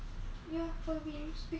I think just natural lah